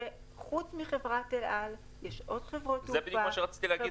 שחוץ מחברת אל על יש עוד חברות תעופה.